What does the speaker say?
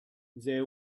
they